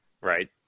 right